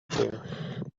there